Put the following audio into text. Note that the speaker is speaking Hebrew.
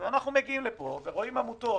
ואנחנו מגיעים לפה ורואים עמותות